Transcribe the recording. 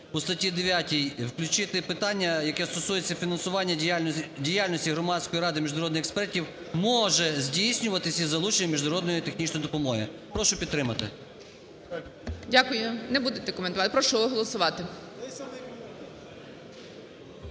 у статті 9 включити питання, яке стосується: "Фінансування діяльності Громадської ради міжнародних експертів може здійснюватись із залученням міжнародної технічної допомоги". Прошу підтримати. ГОЛОВУЮЧИЙ. Дякую. Не будете коментувати? Прошу голосувати.